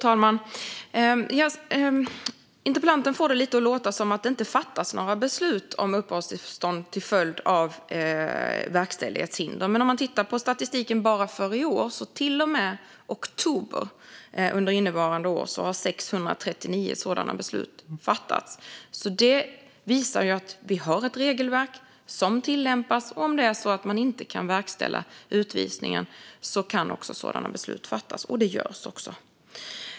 Fru talman! Interpellanten får det att låta som att det inte fattas några beslut om uppehållstillstånd till följd av verkställighetshinder, men enligt statistiken har 639 sådana beslut fattats till och med oktober under innevarande år. Detta visar att vi har ett regelverk som tillämpas. Om man inte kan verkställa utvisningen kan sådana beslut fattas, och det görs också.